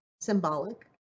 symbolic